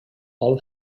hull